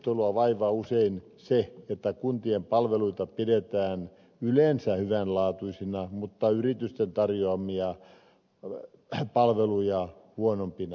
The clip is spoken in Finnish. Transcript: hankintakeskustelua vaivaa usein se että kuntien palveluita pidetään yleensä hyvänlaatuisina mutta yritysten tarjoamia palveluja huonompina